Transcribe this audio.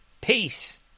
Peace